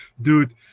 dude